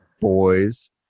boys